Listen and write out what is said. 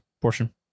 portion